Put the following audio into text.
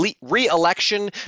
re-election